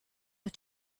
but